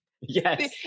yes